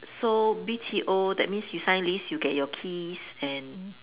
so B_T_O that means you sign lease you get your keys and